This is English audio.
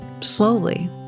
slowly